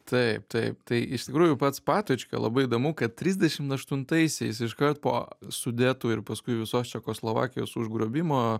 taip taip tai iš tikrųjų pats patočka labai įdomu kad trisdešim aštuntaisiais iškart po sudetų ir paskui visos čekoslovakijos užgrobimo